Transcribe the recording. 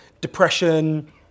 depression